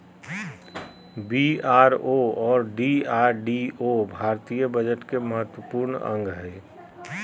BRO और DRDO भारतीय budget के महत्वपूर्ण अंग हय